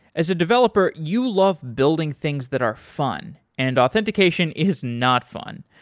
as a developer, you love building things that are fun, and authentication is not fun.